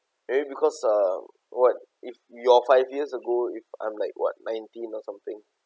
maybe because uh what if you're five years ago if I'm like what nineteen or something